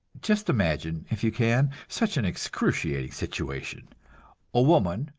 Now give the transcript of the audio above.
just imagine, if you can, such an excruciating situation a woman,